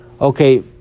okay